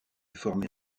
formée